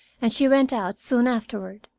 and she went out soon afterward.